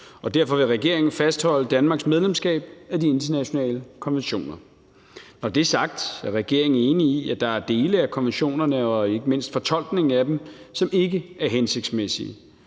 Derfor vil regeringen fastholde Danmarks medlemskab af de internationale konventioner. Når det er sagt, er regeringen enig i, at der er dele af konventionerne og ikke mindst fortolkningen af dem, som ikke er hensigtsmæssige.